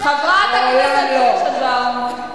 חברת הכנסת קירשנבאום.